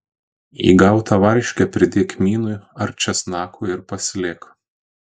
į gautą varškę pridėk kmynų ar česnakų ir paslėk